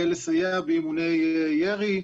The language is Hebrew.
לסייע באימוני ירי,